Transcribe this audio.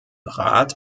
rat